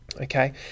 okay